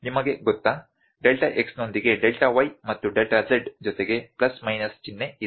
ನಿಮಗೆ ಗೊತ್ತಾ delta x ನೊಂದಿಗೆ ಡೆಲ್ಟಾ y ಮತ್ತು ಡೆಲ್ಟಾ z ಜೊತೆಗೆ ಪ್ಲಸ್ ಮೈನಸ್ ಚಿಹ್ನೆ ಇದೆ